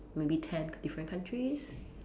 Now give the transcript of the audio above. maybe ten different countries